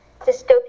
dystopian